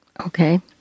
Okay